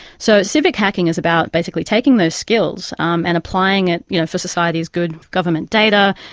so civic hacking is about basically taking those skills um and applying it you know for society's good, government data,